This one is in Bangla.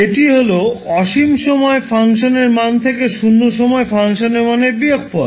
এটি হল অসীম সময়ে ফাংশনের মান থেকে শূন্য সময়ে ফাংশনের মানের বিয়োগফল